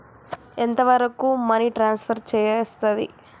ఎంత వరకు money transfer చేయస్తది?